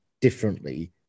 differently